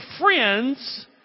friends